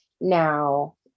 Now